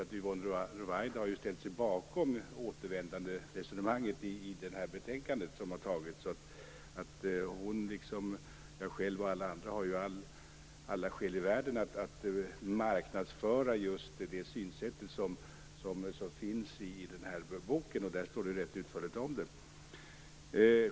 Yvonne Ruwaida har ställt sig bakom återvändanderesonemanget i det betänkande som har tagits, så hon har lika väl som jag själv och alla andra alla skäl i världen att marknadsföra just det synsätt som finns i den bok som jag har här, där det står rätt utförligt om det.